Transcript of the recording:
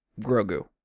Grogu